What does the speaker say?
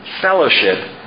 fellowship